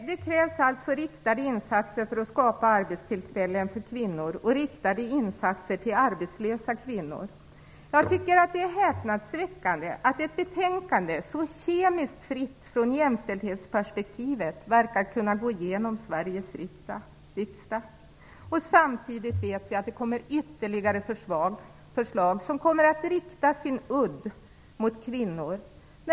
Det krävs alltså riktade insatser för att skapa arbetstillfällen för kvinnor och riktade insatser till arbetslösa kvinnor. Jag tycker att det är häpnadsväckande att ett betänkande så kemiskt fritt från jämställdhetsperspektivet verkar kunna gå igenom Sveriges riksdag. Samtidigt vet vi att det kommer ytterligare förslag som kommer att rikta sin udd mot kvinnor.